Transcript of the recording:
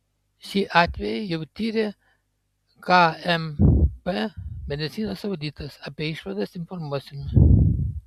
šį atvejį jau tiria kmp medicinos auditas apie išvadas informuosime